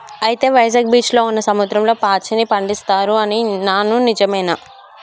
అయితే వైజాగ్ బీచ్లో ఉన్న సముద్రంలో పాచిని పండిస్తారు అని ఇన్నాను నిజమేనా